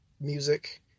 music